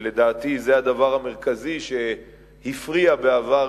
ולדעתי זה הדבר המרכזי שהפריע בעבר